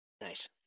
Nice